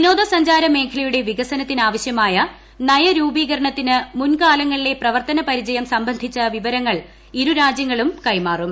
വിനോദസഞ്ചാരമേഖലയുടെ ്വികസനത്തിന് ആവശ്യമായ നയരൂപീകരണത്തിന് മുൻകാലങ്ങളിലെ പ്രവർത്തന പരിചയം സംബന്ധിച്ച വിവരങ്ങൾ ഇരുരാജ്യങ്ങളും കൈമാറും